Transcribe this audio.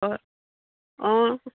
হয় অঁ